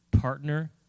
Partner